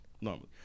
Normally